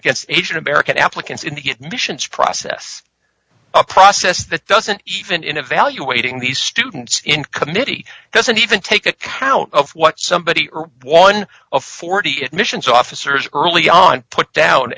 against asian american applicants in the admissions process a process that doesn't even in evaluating these students in committee doesn't even take account of what somebody one of forty admissions officers early on put